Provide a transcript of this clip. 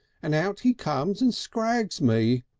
and out he comes and scrags me!